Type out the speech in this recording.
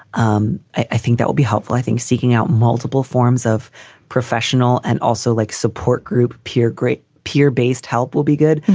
um i think that will be helpful. i think seeking out multiple forms of professional and also like support group peer great peer based help will be good.